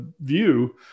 view